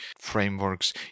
frameworks